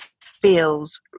feels